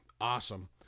awesome